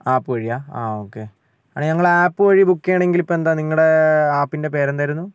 app വഴിയാണോ ആ okay അങ്ങനെ ഞങ്ങൾ ആപ്പ് വഴി ബുക്ക് ചെയ്യണമെങ്കിൽ ഇപ്പം എന്താണ് നിങ്ങളുടെ ആപ്പിൻ്റെ പേരെന്തായിരുന്നു